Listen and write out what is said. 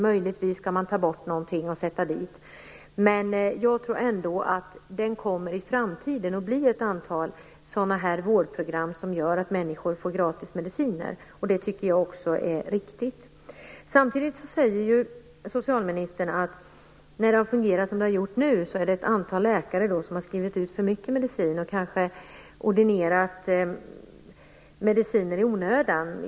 Möjligtvis kan man ta bort något och sätta dit något annat. Jag tror att det i framtiden kommer att bli ett antal sådana vårdprogram som gör att människor får gratis mediciner. Det tycker jag också är riktigt. Socialministern säger att ett antal läkare har skrivit ut för mycket mediciner och kanske ordinerat mediciner i onödan.